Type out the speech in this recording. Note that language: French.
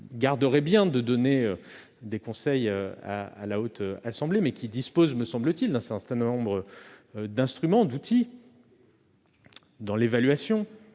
me garderai bien de donner des conseils à la Haute Assemblée, mais elle dispose, me semble-t-il, d'un certain nombre d'instruments, d'outils, d'évaluation